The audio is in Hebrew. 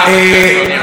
היא רוצה לריב.